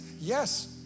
Yes